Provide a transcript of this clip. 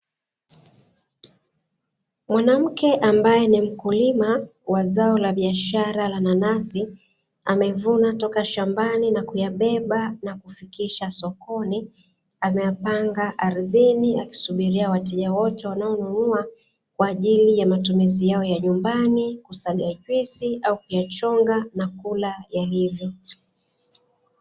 Mwanamke ambaye ni mkulima wa zao la biashara la nanasi, amevuna toka shambani na kuyabeba na kufikisha sokoni, ameyapanga ardhini akisubiria wateja wote wanaonunua kwa ajili ya matumizi yao ya nyumbani kusaga juisi au kuyachonga na kula yalivyo.